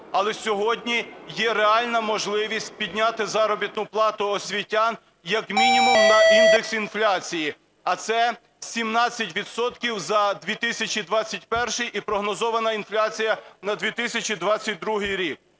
але сьогодні є реальна можливість підняти заробітну плату освітян як мінімум на індекс інфляції, а це 17 відсотків за 2021-й і прогнозована інфляція на 2022 рік.